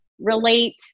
relate